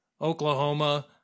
Oklahoma